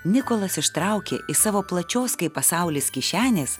nikolas ištraukė iš savo plačios kaip pasaulis kišenės